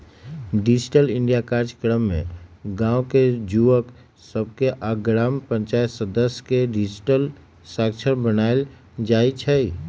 digital India काजक्रम में गाम के जुवक सभके आऽ ग्राम पञ्चाइत सदस्य के डिजिटल साक्षर बनाएल जाइ छइ